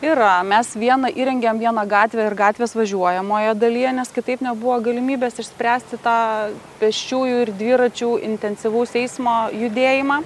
yra mes vieną įrengėm vieną gatvę ir gatvės važiuojamoje dalyje nes kitaip nebuvo galimybės išspręsti tą pėsčiųjų ir dviračių intensyvaus eismo judėjimą